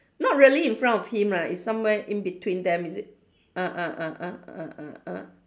not really in front of him lah is somewhere in between them is it ah ah ah ah ah ah ah